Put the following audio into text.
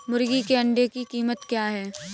मुर्गी के एक अंडे की कीमत क्या है?